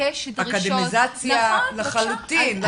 ביקש דרישות -- אקדמיזציה לחלוטין.